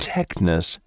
Techness